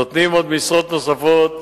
נותנים משרות נוספות,